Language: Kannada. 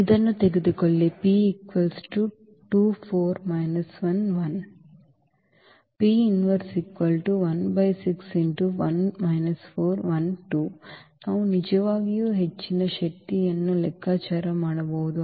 ತೆಗೆದುಕೊಳ್ಳಿ ನಾವು ನಿಜವಾಗಿಯೂ ಹೆಚ್ಚಿನ ಶಕ್ತಿಯನ್ನು ಲೆಕ್ಕಾಚಾರ ಮಾಡಬಹುದು